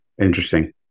interesting